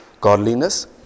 godliness